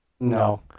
no